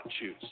choose